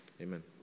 amen